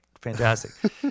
fantastic